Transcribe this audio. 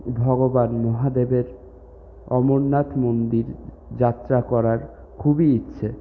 ভগবান মহাদেবের অমরনাথ মন্দির যাত্রা করার খুবই ইচ্ছে